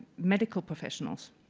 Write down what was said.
medical professionals.